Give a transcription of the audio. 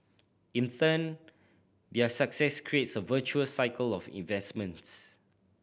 in turn their success creates a virtuous cycle of investments